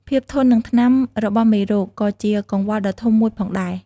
ភាពធន់នឹងថ្នាំរបស់មេរោគ ក៏ជាកង្វល់ដ៏ធំមួយផងដែរ។